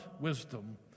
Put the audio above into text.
wisdom